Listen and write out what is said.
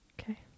Okay